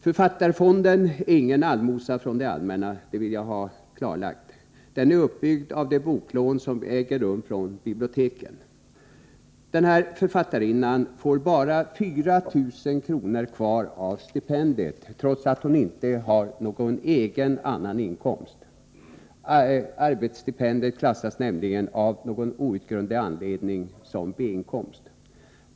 Författarfonden är inte en institution som ger några allmosor från det allmänna — det vill jag ha klarlagt. Den är uppbyggd genom vad som kommer in via boklånen från biblioteken. Denna författarinna får bara 4 000 kr. kvar av stipendiet trots att hon inte har någon annan egen inkomst. Arbetsstipendiet klassas nämligen, av någon outgrundlig anledning, som B-inkomst.